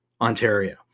Ontario